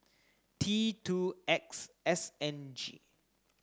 T two X S N G